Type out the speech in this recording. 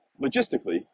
logistically